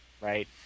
right